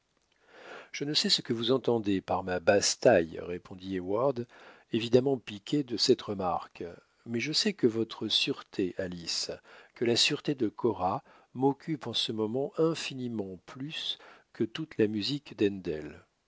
je ne sais ce que vous entendez par ma basse-taille répondit heyward évidemment piqué de cette remarque mais je sais que votre sûreté alice que la sûreté de cora m'occupent en ce moment infiniment plus que toute la musique